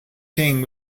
king